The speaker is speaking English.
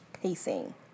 Pacing